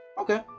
Okay